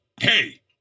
Hey